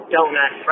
Donut